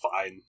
fine